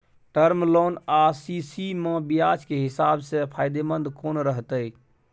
Term loan आ CC म ब्याज के हिसाब से फायदेमंद कोन रहते?